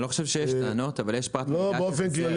אני לא חושב שיש טענות, יש פרט מידע שחסר.